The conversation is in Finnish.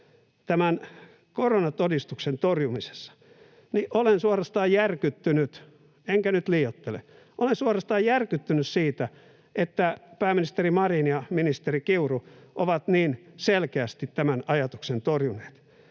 tämän koronatodistuksen torjumisessa, olen suorastaan järkyttynyt, enkä nyt liioittele. Olen suorastaan järkyttynyt siitä, että pääministeri Marin ja ministeri Kiuru ovat niin selkeästi tämän ajatuksen torjuneet,